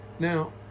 Now